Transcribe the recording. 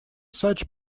such